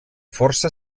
força